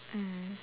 mm